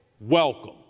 welcome